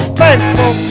thankful